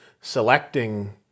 selecting